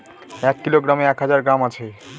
এক কিলোগ্রামে এক হাজার গ্রাম আছে